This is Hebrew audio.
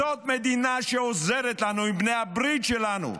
זאת מדינה שעוזרת לנו עם בני הברית שלנו.